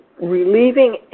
relieving